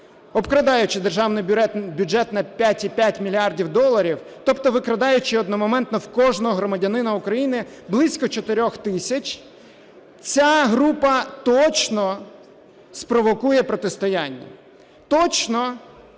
обкрадаючи державний бюджет на 5,5 мільярда доларів, тобто викрадаючи одномоментно в кожного громадянина України близько 4 тисяч, ця група точно спровокує протистояння, точно